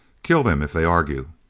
kill them if they argue!